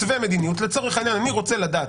מתווה מדיניות --- לצורך העניין אני רוצה לדעת